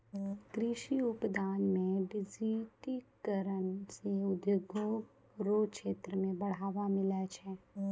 कृषि उत्पादन मे डिजिटिकरण से उद्योग रो क्षेत्र मे बढ़ावा मिलै छै